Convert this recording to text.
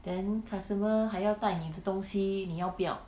then customer 还要带你的东西你要不要